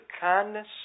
kindness